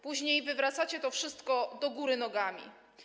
Później wywracacie to wszystko do góry nogami.